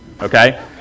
okay